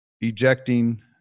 ejecting